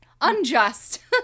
unjust